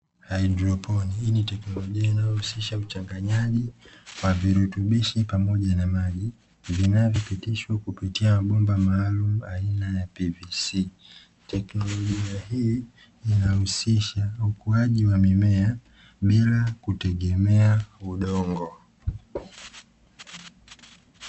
Haidroponi. Hii ni teknolojia inayohusisha uchanganyaji wa virutubishi pamoja na maji vinavyopitishwa kupitia mabomba maalumu aina ya "PVC". Teknolojia hii Inahusisha ukuaji wa mimea bila kutegemea udongo.